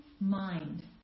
mind